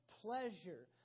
pleasure